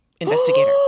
investigator